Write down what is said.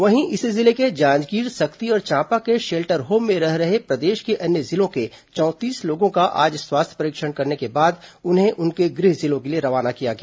वहीं इसी जिले के जांजगीर सक्ती और चांपा के शेल्टर होम में रह रहे प्रदेश के अन्य जिलों के चौंतीस लोगों का आज स्वास्थ्य परीक्षण करने के बाद उन्हें उनके गृह जिलों के लिए रवाना किया गया